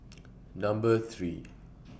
Number three